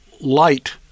light